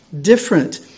different